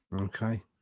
Okay